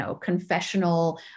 confessional